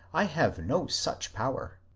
i have no such power.